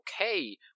okay